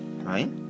right